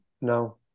no